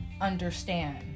understand